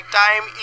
time